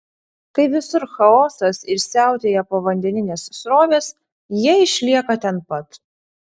kai visur chaosas ir siautėja povandeninės srovės jie išlieka ten pat